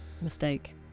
Mistake